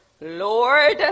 Lord